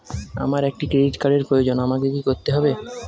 আমার একটি ক্রেডিট কার্ডের প্রয়োজন আমাকে কি করতে হবে?